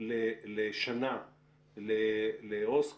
לשנה לעובד סוציאלי,